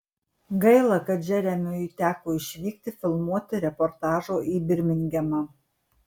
gaila kad džeremiui teko išvykti filmuoti reportažo į birmingemą